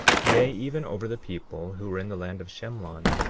yea, even over the people who were in the land of shemlon,